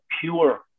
pure